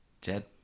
Jed